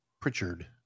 Pritchard